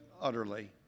utterly